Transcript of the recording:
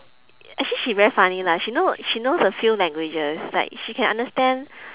actually she very funny lah she know she knows a few languages like she can understand